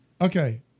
Okay